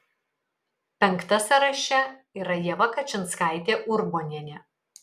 penkta sąraše yra ieva kačinskaitė urbonienė